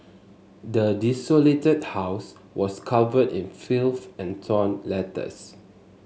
the desolated house was covered in filth and torn letters